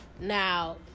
Now